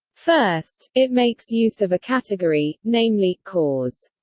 first, it makes use of a category, namely, cause.